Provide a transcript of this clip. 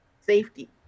safety